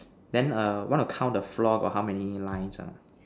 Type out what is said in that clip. then err want to count the floor got how many lines or not